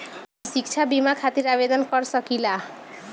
हम शिक्षा बीमा खातिर आवेदन कर सकिला?